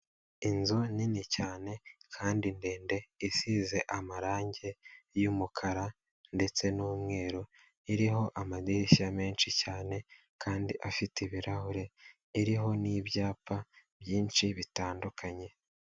Inzu nini cyane kandi ndende isize amarangi y'umukara ndetse n'umweru, iriho amadirishya menshi cyane kandi afite ibirahure, iriho n'ibyapa byinshi bitandukanye.